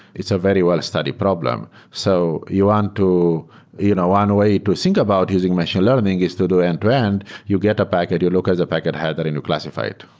it's a very well-studied problem. so you want and to you know one way to think about using machine learning is to do end-to-end. you get a packet. you look at the packet. have that classified.